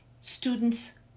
students